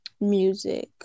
music